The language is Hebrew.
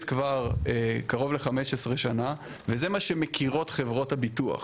כבר קרוב ל-15 שנה וזה מה שמכירות חברות הביטוח.